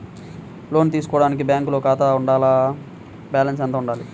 లోను తీసుకోవడానికి బ్యాంకులో ఖాతా ఉండాల? బాలన్స్ ఎంత వుండాలి?